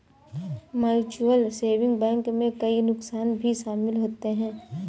mutual saving bank में कई नुकसान भी शमिल होते है